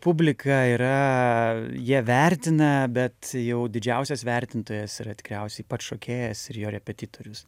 publika yra jie vertina bet jau didžiausias vertintojas yra tikriausiai pats šokėjas ir jo repetitorius